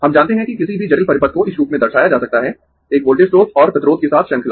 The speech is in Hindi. हम जानते है कि किसी भी जटिल परिपथ को इस रूप में दर्शाया जा सकता है एक वोल्टेज स्रोत और प्रतिरोध के साथ श्रृंखला